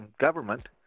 government